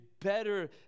better